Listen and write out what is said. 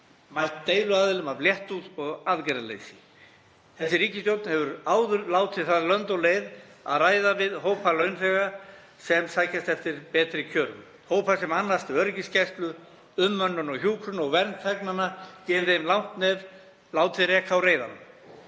mætt deiluaðilum af léttúð og aðgerðaleysi. Ríkisstjórnin hefur áður látið það lönd og leið að ræða við hópa launþega sem sóst hafa eftir betri kjörum, hópa sem annast öryggisgæslu, umönnun og hjúkrun og vernd þegnanna; gefið þeim langt nef, látið reka á reiðanum.